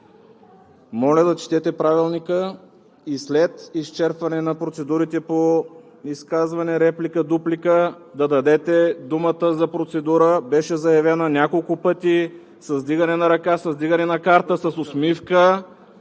Моля да четете Правилника и след изчерпване на процедурите по изказване, реплика, дуплика, да дадете думата за процедура. Беше заявена няколко пъти с вдигане на ръка, с вдигане на карта, с усмивка